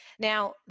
Now